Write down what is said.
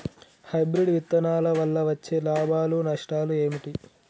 Hybrid విత్తనాల వల్ల వచ్చే లాభాలు నష్టాలు ఏమిటి?